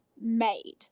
made